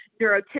neurotypical